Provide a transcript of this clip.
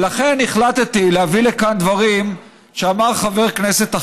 ולכן החלטתי להביא לכאן דברים שאמר חבר כנסת אחר,